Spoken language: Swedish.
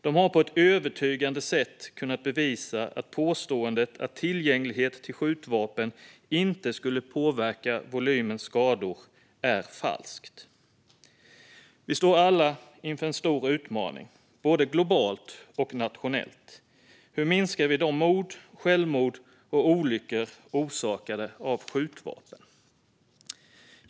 De har på ett övertygande sätt kunnat bevisa att påståendet att tillgänglighet till skjutvapen inte skulle påverka volymen skador är falskt. Vi står alla inför en stor utmaning, både globalt och nationellt. Hur minskar vi antalet mord, självmord och olyckor orsakade av skjutvapen?